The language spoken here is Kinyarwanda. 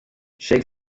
sheikh